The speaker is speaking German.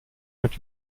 mit